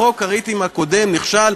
חוק הריטים הקודם נכשל,